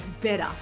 better